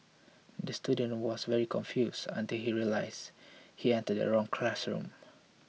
the student was very confused until he realised he entered the wrong classroom